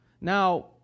Now